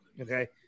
Okay